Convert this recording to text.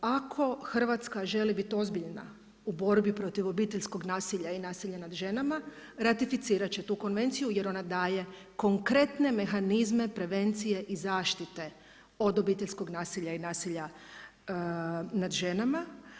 Ako Hrvatska želi biti ozbiljna u borbi protiv obiteljskog nasilja i nasilja nad ženama ratificirati će tu Konvenciju jer ona daje konkretne mehanizme prevencije i zaštite od obiteljskog nasilja i nasilja nad ženama.